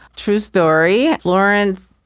true story. lawrence,